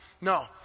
no